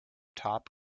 top